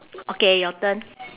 okay your turn